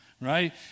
Right